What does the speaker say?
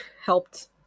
helped